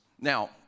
Now